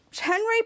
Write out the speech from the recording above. Henry